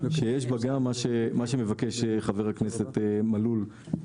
שיש בה גם מה שמבקש חבר הכנסת מלול.